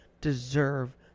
deserve